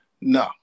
No